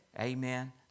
Amen